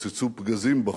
שהתפוצצו פגזים בחוץ.